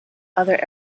other